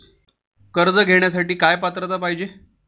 कर्ज घेण्यासाठी काय पात्रता पाहिजे?